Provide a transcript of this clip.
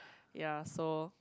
ya so